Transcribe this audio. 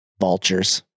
Vultures